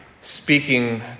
speaking